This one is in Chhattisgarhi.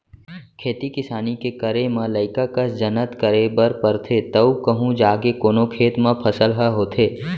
खेती किसानी के करे म लइका कस जनत करे बर परथे तव कहूँ जाके कोनो खेत म फसल ह होथे